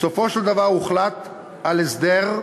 בסופו של דבר הוחלט על הסדר,